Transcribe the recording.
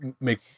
make